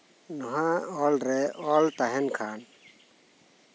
ᱱᱚᱣᱟ ᱚᱞᱨᱮ ᱚᱞ ᱛᱟᱸᱦᱮᱱ ᱠᱷᱟᱱ